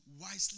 wisely